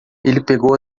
pegou